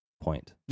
Point